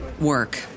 work